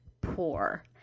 poor